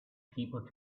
people